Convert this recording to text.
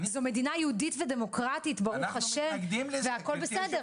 זו מדינה יהודית ודמוקרטית ברוך השם והכול בסדר.